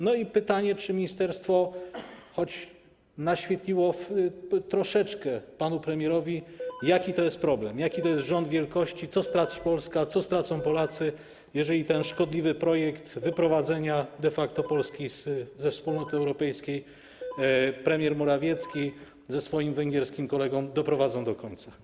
No i pytanie: Czy ministerstwo choć troszeczkę naświetliło panu premierowi to, jaki to jest problem, jaki to jest rząd wielkości, co straci Polska, co stracą Polacy, jeżeli ten szkodliwy projekt wyprowadzenia de facto Polski ze Wspólnoty Europejskiej premier Morawiecki ze swoim węgierskim kolegą doprowadzą do końca?